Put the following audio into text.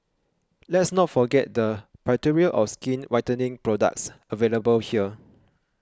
let's not forget the plethora of skin whitening products available here